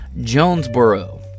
Jonesboro